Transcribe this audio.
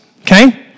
Okay